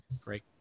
Great